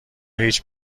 هیچ